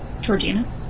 Georgina